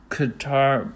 Qatar